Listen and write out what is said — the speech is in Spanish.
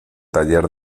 taller